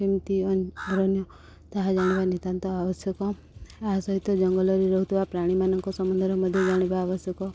କେମିତି ଅରଣ୍ୟ ତାହା ଜାଣିବା ନିତ୍ୟାନ୍ତ ଆବଶ୍ୟକ ଏହା ସହିତ ଜଙ୍ଗଲରେ ରହୁଥିବା ପ୍ରାଣୀମାନଙ୍କ ସମ୍ବନ୍ଧରେ ମଧ୍ୟ ଜଣିବା ଆବଶ୍ୟକ